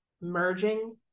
Merging